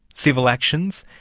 civil actions,